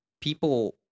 people